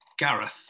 Gareth